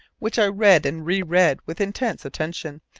which i read and re-read with intense attention,